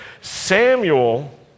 Samuel